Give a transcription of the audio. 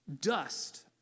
Dust